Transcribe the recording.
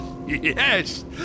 Yes